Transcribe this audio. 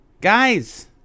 Guys